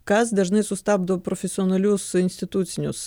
kas dažnai sustabdo profesionalius institucinius